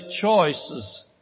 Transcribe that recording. choices